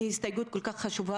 היא הסתייגות כל כך חשובה,